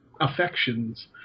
affections